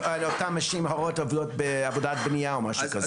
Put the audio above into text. אם אותן נשים הרות עובדות בעבודת בנייה או משהו כזה.